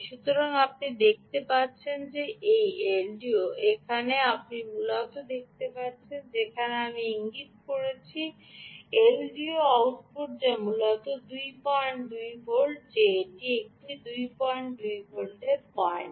সুতরাং আপনি দেখতে পাচ্ছেন যে এই এলডিও এখানে আপনি মূলত দেখতে পাচ্ছেন যেখানে আমি ইঙ্গিত করছি এলডিও আউটপুট যা মূলত 22 ভোল্ট যে এটি এখানে 22 ভোল্ট পয়েন্ট